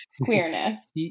queerness